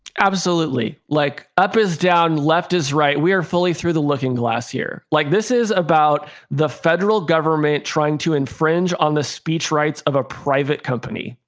absolutely. like, up is down. left is right. we are fully through the looking glass here. like this is about the federal government trying to infringe on the speech rights of a private company.